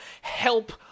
Help